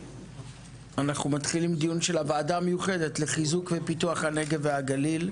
אנחנו מתחילים דיון של הוועדה המיוחדת לחיזוק ופיתוח הנגב והגליל.